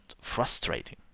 frustrating